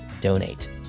donate